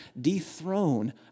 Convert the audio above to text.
dethrone